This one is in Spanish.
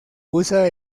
usa